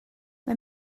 mae